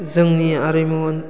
जोंनि आरिमु